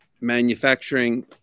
manufacturing